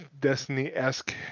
Destiny-esque